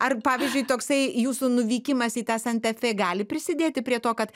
ar pavyzdžiui toksai jūsų nuvykimas į tą santa fe gali prisidėti prie to kad